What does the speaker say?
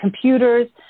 computers